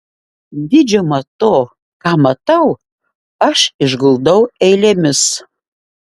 didžiumą to ką matau aš išguldau eilėmis